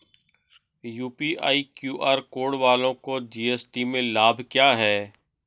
UPI QR code वालों को GST में लाभ क्या है?